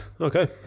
Okay